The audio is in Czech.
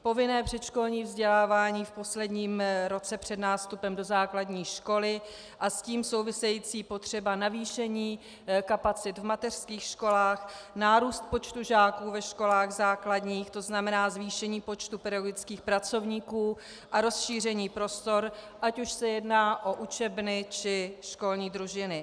Povinné předškolní vzdělávání v posledním roce před nástupem do základní školy a s tím související potřeba navýšení kapacit v mateřských školách, nárůst počtu žáků ve školách základních, to znamená zvýšení počtu pedagogických pracovníků a rozšíření prostor, ať už se jedná o učebny, či školní družiny.